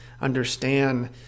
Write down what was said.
understand